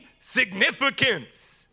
significance